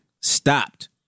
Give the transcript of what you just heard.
Stopped